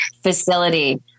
facility